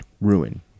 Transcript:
ruin